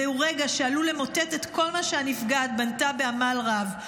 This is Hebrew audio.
זהו רגע שעלול למוטט את כל מה שהנפגעת בנתה בעמל רב.